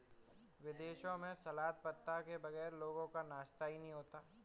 विदेशों में सलाद पत्ता के बगैर लोगों का नाश्ता ही नहीं होता